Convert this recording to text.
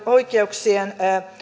oikeuksien